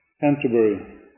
Canterbury